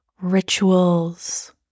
rituals